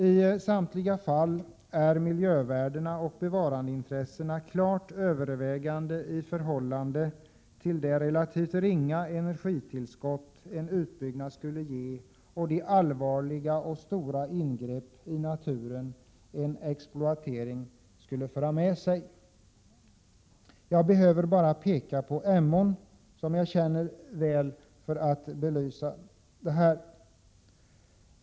I samtliga fall väger miljövärdena och bevarandeintressena klart över i förhållande till det relativt ringa energitillskott en utbyggnad skulle ge samt de allvarliga och stora ingrepp i naturen en exploatering skulle föra med sig. Jag behöver bara peka på Emån för att belysa detta.